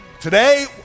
Today